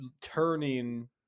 turning